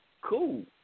Cool